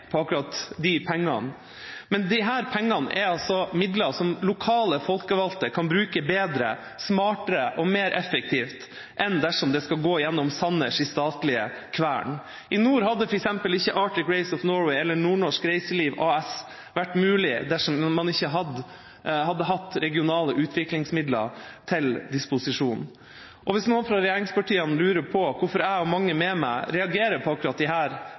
på akkurat de pengene – er dette altså midler som lokale folkevalgte kan bruke bedre, smartere og mer effektivt enn dersom det skal gå gjennom Sanners statlige kvern. I nord hadde f.eks. ikke Arctic Race of Norway eller NordNorsk Reiseliv AS vært mulig dersom man ikke hadde hatt regionale utviklingsmidler til disposisjon. Og hvis noen fra regjeringspartiene lurer på hvorfor jeg og mange med meg reagerer på akkurat